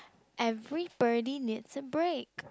everybody needs a break